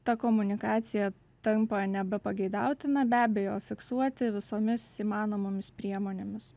ta komunikacija tampa nebepageidautina be abejo fiksuoti visomis įmanomomis priemonėmis